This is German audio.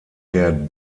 der